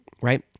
right